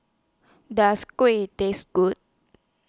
Does Kueh Taste Good